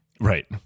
right